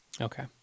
Okay